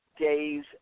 days